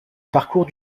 parcours